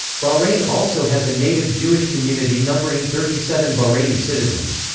bahrain also has a native jewish community numbering thirty-seven bahraini citizens.